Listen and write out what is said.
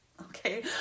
okay